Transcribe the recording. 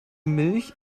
milch